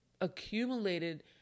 accumulated